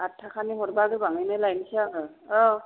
आट थाखानि हरबा बा गोबाङैनो लायनोसै आङो औ